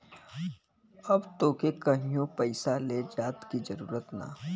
अब तोके कहींओ पइसवा ले जाए की जरूरत ना